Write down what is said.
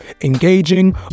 engaging